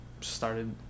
Started